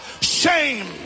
shame